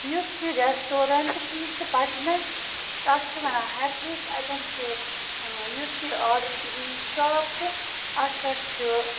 یُس یہِ ریٚسٹورَنٹ چھُ یہِ چھُ پَٹنہٕ اَتھ چھِ وَنان ہیٹرِک اَتیٚن چھُ یُس یہِ آڈَر شاپ چھُ اتھ پیٚٹھ چھُ